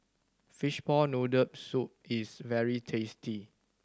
fishball noodle soup is very tasty